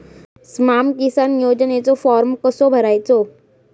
स्माम किसान योजनेचो फॉर्म कसो भरायचो?